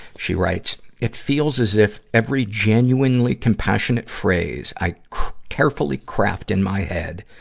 she writes, it feels as if every genuinely, compassionate phrase i carefully craft in my head,